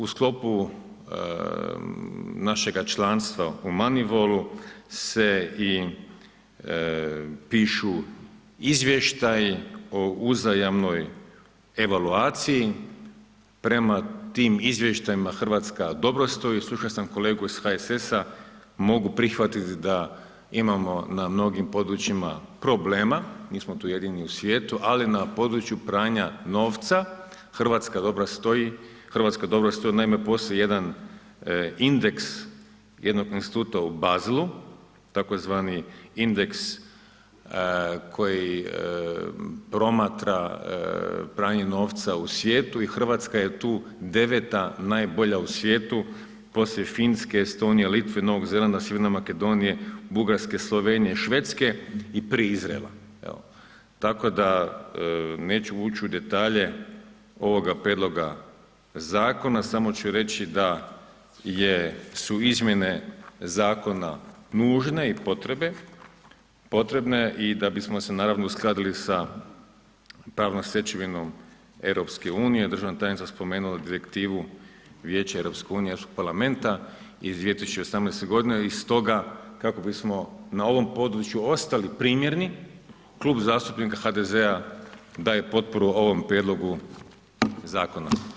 U sklopu našega članstva u Manivol-u se i pišu izvještaji o uzajamnoj evaluaciji prema tim izvještajima Hrvatska dobro stoji, slušao sam kolegu iz HSS-a, mogu prihvatit da imamo na mnogim područjima problema, nismo tu jedini u svijetu, ali na području pranja novca RH dobro stoji, naime, postoji jedan indeks jednog instituta u Baselu tzv. indeks koji promatra pranje novca u svijetu i RH je tu deveta najbolja u svijetu poslije Finske, Estonije, Litve, Novog Zelanda, Sjeverne Makedonije, Bugarske, Slovenije, Švedske i prije Izraela, evo, tako da neću ući u detalje ovoga prijedloga zakona, samo ću reći da su izmjene zakona nužne i potrebne i da bismo se naravno uskladili sa pravnom stečevinom EU, državna tajnica spomenula Direktivu Vijeća EU i Europskog parlamenta iz 2018.g. i stoga kako bismo na ovom području ostali primjerni, Klub zastupnika HDZ-a daje potporu ovom prijedlogu zakona.